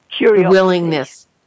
willingness